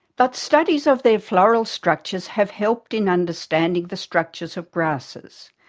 but studies of their floral structures have helped in understanding the structures of grasses,